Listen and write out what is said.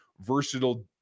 versatile